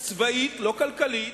צבאית, לא כלכלית,